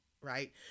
right